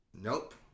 nope